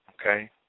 okay